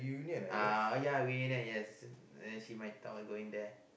uh ya we and then yes then she might thought of going there